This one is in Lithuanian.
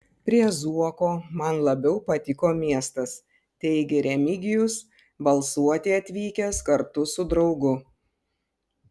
prie zuoko man labiau patiko miestas teigė remigijus balsuoti atvykęs kartu su draugu